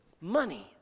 money